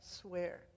swear